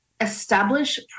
establish